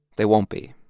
they won't be.